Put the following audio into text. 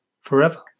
forever